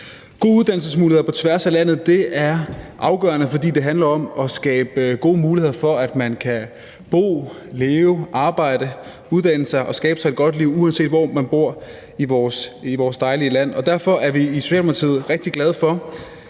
Gode uddannelsesmuligheder på tværs af landet er afgørende, fordi det handler om at skabe gode muligheder for, at man kan bo, leve, arbejde, uddanne sig og skabe sig et godt liv, uanset hvor man bor i vores dejlige land. Derfor er vi i Socialdemokratiet rigtig glade for